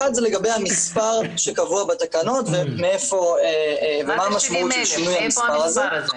אחת היא לגבי המספר שקבוע בתקנות ומה המשמעות של שינוי המספר הזה,